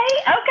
okay